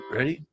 Ready